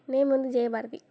name வந்து ஜெயபாரதி